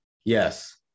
Yes